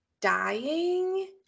dying